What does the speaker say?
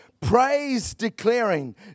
praise-declaring